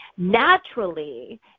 naturally